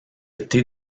été